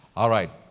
all right,